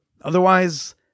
Otherwise